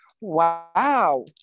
Wow